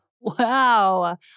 Wow